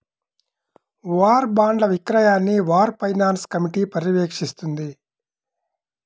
war బాండ్ల విక్రయాన్ని war finance committee పర్యవేక్షిస్తుంది